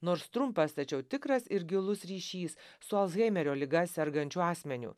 nors trumpas tačiau tikras ir gilus ryšys su alzheimerio liga sergančiu asmeniu